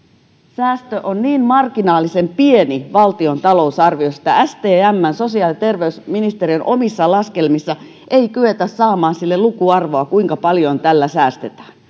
säästö on niin marginaalisen pieni valtion talousarviossa että stmn sosiaali ja terveysministeriön omissa laskelmissa ei kyetä saamaan lukuarvoa sille kuinka paljon tällä säästetään